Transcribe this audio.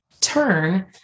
turn